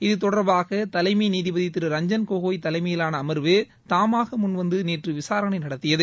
இது தொடர்பாக தலைமை நீதிபதி திரு ரஞ்சன் கோகாய் தலைமையிலான அமர்வு தாமாக முன்வந்து நேற்று விசாரணை நடத்தியது